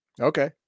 Okay